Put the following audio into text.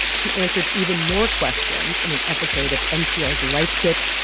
she answered even more questions in an episode of npr's life kit.